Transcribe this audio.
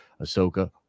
Ahsoka